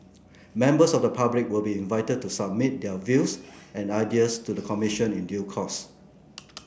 members of the public will be invited to submit their views and ideas to the Commission in due course